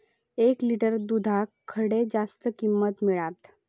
एक लिटर दूधाक खडे जास्त किंमत मिळात?